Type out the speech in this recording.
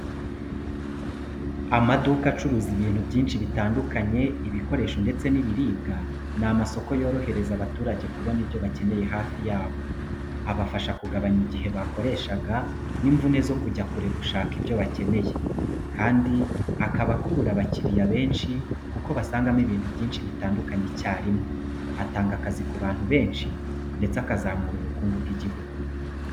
Amaduka acuruza ibintu byinshi bitandukanye, ibikoresho ndetse n’ibiribwa ni amasoko yorohereza abaturage kubona ibyo bakeneye hafi yabo. Abafasha kugabanya igihe bakoreshaga, n’imvune zo kujya kure gushaka ibyo bakeneye, kandi akaba akurura abakiriya benshi kuko basangamo ibintu byinshi bitandukanye icyarimwe. Atanga akazi ku bantu benshi ndetse akazamura ubukungu bw’igihugu.